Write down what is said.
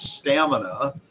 stamina